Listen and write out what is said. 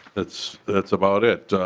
that's that's about it.